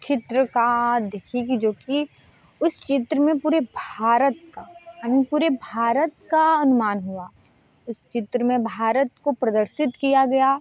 चित्र का देखी है कि जो कि उस चित्र में पूरे भारत का यानि पूरे भारत का अनुमान हुआ उस चित्र में भारत को प्रदर्शित किया गया